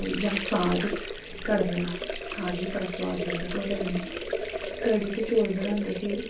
जां साग कडमें दा साग बी बड़ा स्बाद लगदा ढोडे कन्ने कढ़ी ते चौल बनांदे हे